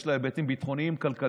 יש לה היבטים ביטחוניים, כלכליים